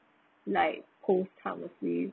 like